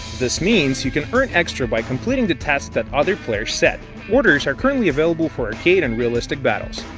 this means you can earn extra by completing the task that other players set. orders are currently available for arcade and realistic battles.